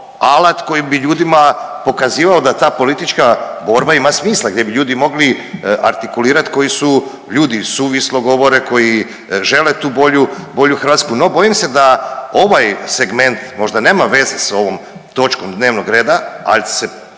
alat koji bi ljudima pokazivao da ta politička borba ima smisla, gdje bi ljudi mogli artikulirat koji su ljudi suvislo govore, koji žele tu bolju Hrvatsku. No bojim se da ovaj segment možda nema veze s ovom točkom dnevnog reda al se